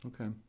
Okay